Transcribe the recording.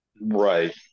Right